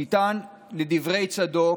ניתן, לדברי צדוק,